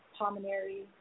pulmonary